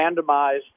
randomized